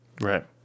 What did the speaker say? Right